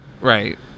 Right